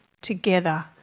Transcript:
together